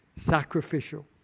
Sacrificial